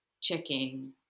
checking